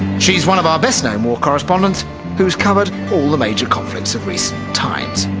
she's one of our best known war correspondents who's covered all the major conflicts of recent times.